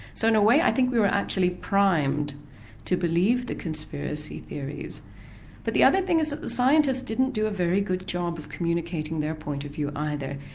so in a way i think we were actually primed to believe the conspiracy theories but the other thing is that the scientists didn't do a very good job of communicating their point of view either.